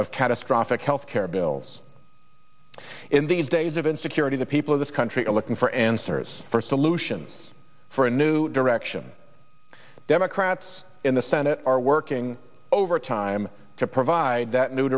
of catastrophic health care bills in these days of insecurity the people of this country are looking for answers for solutions for a new direction democrats in the senate are working overtime to provide that new